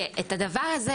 ואת הדבר הזה,